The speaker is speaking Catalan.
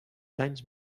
danys